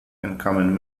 incoming